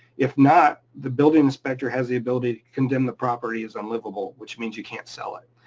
if not the building inspector has the ability to condemn the property as unlivable, which means you can't sell it.